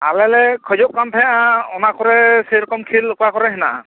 ᱟᱞᱮᱞᱮ ᱠᱷᱚᱡᱚᱜ ᱠᱟᱱ ᱛᱟᱦᱮᱸᱱᱟ ᱚᱱᱟ ᱠᱚᱨᱮ ᱥᱮᱨᱚᱠᱚᱢ ᱠᱷᱮᱞ ᱚᱠᱟ ᱠᱚᱨᱮ ᱦᱮᱱᱟᱼᱟ